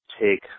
take